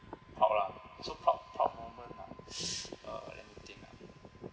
proud lah so proud proud moment ah uh let me think ah